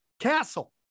castle